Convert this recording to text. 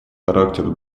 характер